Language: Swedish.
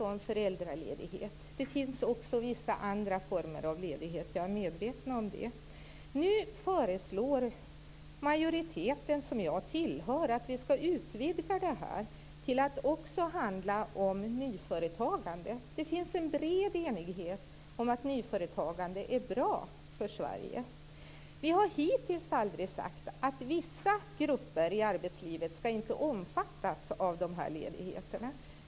Jag är medveten om att det också finns vissa andra former av ledighet. Nu föreslår majoriteten, som jag tillhör, att detta skall utvidgas till att också handla om nyföretagande. Det finns en bred enighet om att nyföretagande är bra för Sverige. Vi har hittills aldrig sagt att vissa grupper i arbetslivet inte skall omfattas av de här ledigheterna.